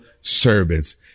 servants